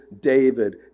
David